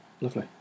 Lovely